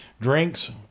Drinks